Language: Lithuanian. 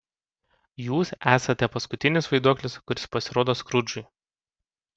jūs esate paskutinis vaiduoklis kuris pasirodo skrudžui